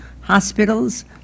hospitals